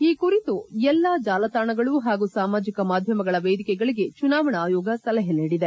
ಈ ಕುರಿತು ಎಲ್ಲಾ ಜಾಲತಾಣಗಳು ಹಾಗೂ ಸಾಮಾಜಿಕ ಮಾಧ್ಯಮಗಳ ವೇದಿಕೆಗಳಿಗೆ ಚುನಾವಣಾ ಆಯೋಗ ಸಲಹೆ ನೀಡಿದೆ